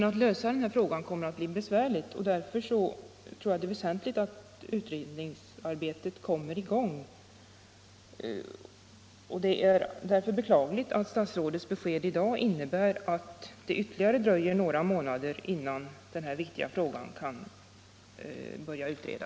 Att lösa de här frågorna kommer emellertid att bli besvärligt, och därför tror jag det är väsentligt att utredningsarbetet kommer i gång fortast möjligt. Jag beklagar därför att statsrådets besked i dag innebär att det dröjer ytterligare några månader innan den här viktiga utredningen kan börja arbeta.